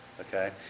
Okay